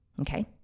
Okay